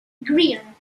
grier